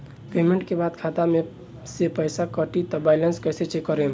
Payment के बाद खाता मे से पैसा कटी त बैलेंस कैसे चेक करेम?